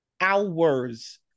hours